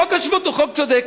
חוק השבות חוק צודק.